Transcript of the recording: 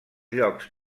llocs